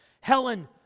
Helen